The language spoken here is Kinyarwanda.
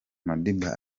madiba